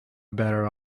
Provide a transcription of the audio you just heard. better